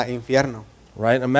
Right